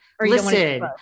listen